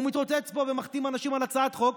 הוא מתרוצץ פה ומחתים אנשים על הצעת חוק